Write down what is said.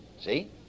See